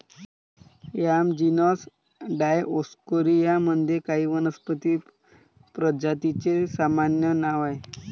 yam genus Dioscorea मध्ये काही वनस्पती प्रजातींचे सामान्य नाव आहे